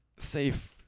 safe